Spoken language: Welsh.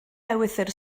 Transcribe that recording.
ewythr